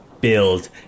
build